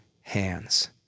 hands